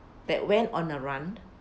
that went on the run